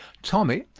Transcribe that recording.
tommy,